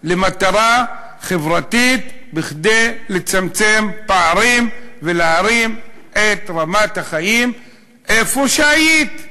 למטרה חברתית: כדי לצמצם פערים ולהרים את רמת החיים במקום שהיית.